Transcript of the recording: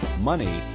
money